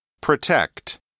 Protect